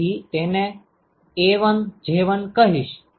તેથી હું તેને A1J1 કહીશ